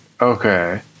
okay